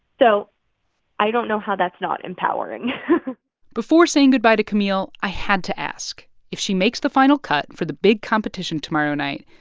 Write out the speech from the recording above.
so i don't know how that's not empowering before saying goodbye to camille, i had to ask if she makes the final cut for the big competition tomorrow night,